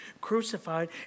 crucified